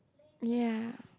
ya